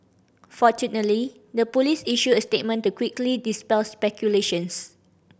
fortunately the police issued a statement to quickly dispel speculations